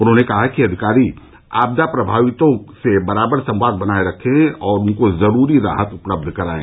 उन्होंने कहा कि अधिकारी आपदा प्रमावितों से बराबर संवाद बनाये रखे और उनको जरूरी राहत उपलब्ध कराये